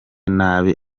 nabi